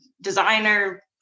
designer